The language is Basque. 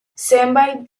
zenbait